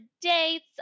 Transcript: dates